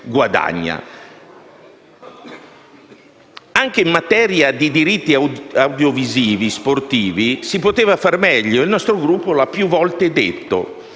Anche in materia di diritti audiovisivi sportivi si poteva fare meglio. Il nostro Gruppo lo ha più volte detto.